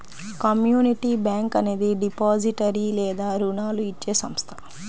community bank అనేది depository లేదా రుణాలు ఇచ్చే సంస్థ